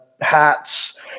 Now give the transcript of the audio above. hats